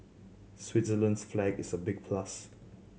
Switzerland's flag is a big plus